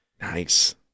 Nice